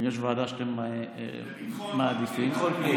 אם יש ועדה שאתם מעדיפים, ביטחון פנים.